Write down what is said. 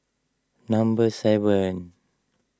number seven